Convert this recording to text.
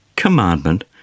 Commandment